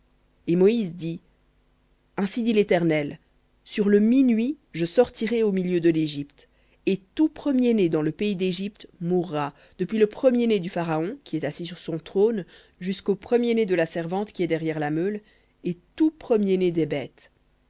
et moïse dit ainsi dit l'éternel sur le minuit je sortirai au milieu de légypte et tout premier-né dans le pays d'égypte mourra depuis le premier-né du pharaon qui est assis sur son trône jusqu'au premier-né de la servante qui est derrière la meule et tout premier-né des bêtes